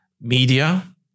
media